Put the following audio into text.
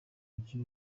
mujyi